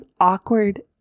awkward